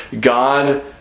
God